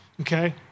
okay